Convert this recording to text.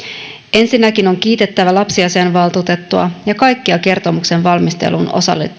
ensinnäkin on kiitettävä lapsiasiainvaltuutettua ja kaikkia kertomuksen valmisteluun